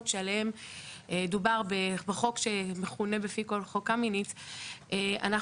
שעליהן דובר בחוק שמכונה בפי כל חוק קמיניץ אנחנו